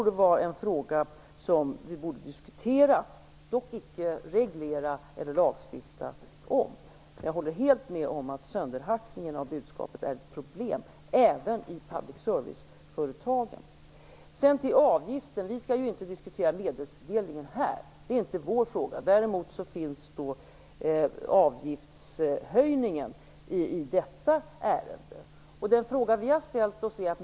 Det är en fråga som vi borde diskutera, dock ej reglera eller lagstifta om. Jag håller helt med om att sönderhackningen av budskapet är ett problem, även i public service-företagen. Vi skall ju inte diskutera medelstilldelningen här; det är inte vår fråga. Däremot hör frågan om avgiftshöjningen till detta ärende.